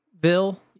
bill